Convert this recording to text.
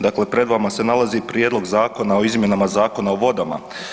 Dakle, pred vama se nalazi Prijedlog zakona o izmjenama Zakona o vodama.